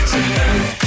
Tonight